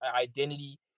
identity